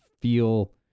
feel